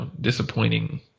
disappointing